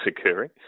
occurring